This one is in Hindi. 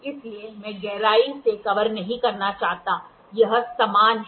इसलिए मैं गहराई से कवर नहीं करना चाहता यह समान है